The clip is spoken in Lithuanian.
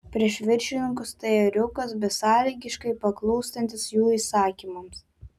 prieš viršininkus tai ėriukas besąlygiškai paklūstantis jų įsakymams